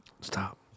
Stop